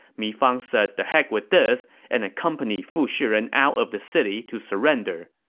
mi fang said the heck with this and accompanied fu shiren out of the city to surrender.